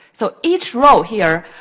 so, each row here,